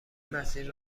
مسیر